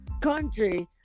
country